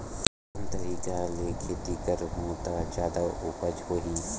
कोन तरीका ले खेती करहु त जादा उपज होही?